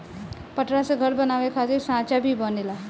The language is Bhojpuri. पटरा से घर बनावे खातिर सांचा भी बनेला